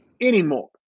anymore